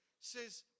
says